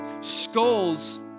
Skulls